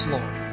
Lord